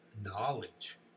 knowledge